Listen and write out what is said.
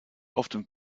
often